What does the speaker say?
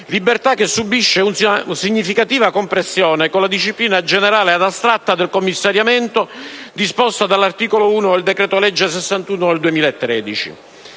libertà che subisce una significativa compressione con la disciplina generale ed astratta del commissariamento disposta dall'articolo 1 del decreto-legge n. 61 del 2013.